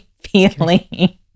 feeling